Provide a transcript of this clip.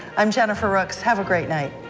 i'm jennifer rooks have a great night.